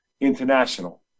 international